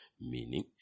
meaning